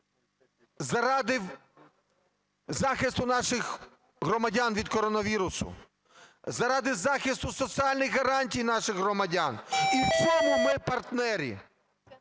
заради захисту наших громадян від коронавірусу, заради захисту соціальних гарантій наших громадян. І в цьому ми партнери.